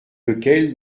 lequel